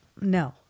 No